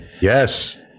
Yes